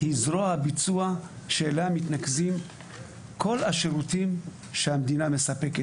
היא זרוע הביצוע שאליה מתנקזים כל השירותים שהמדינה מספקת.